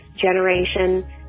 generation